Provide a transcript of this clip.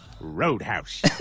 Roadhouse